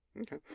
Okay